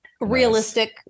realistic